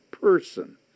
person